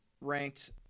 ranked